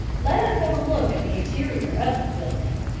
let us have a look at the interior of this building.